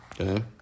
Okay